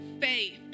faith